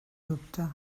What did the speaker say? dubte